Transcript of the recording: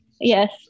Yes